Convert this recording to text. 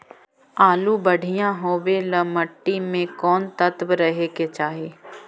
आलु बढ़िया होबे ल मट्टी में कोन तत्त्व रहे के चाही?